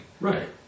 Right